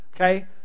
Okay